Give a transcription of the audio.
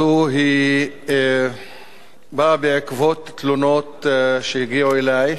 הזאת באה בעקבות תלונות שהגיעו אלי,